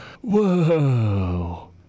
Whoa